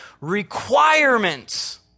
requirements